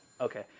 okay